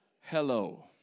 hello